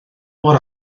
mor